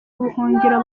ubuhungiro